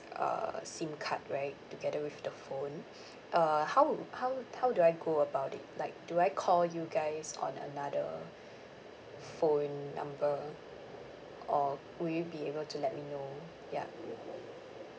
uh SIM card right together with the phone uh how how how do I go about it like do I call you guys on another phone number or will you be able to let me know ya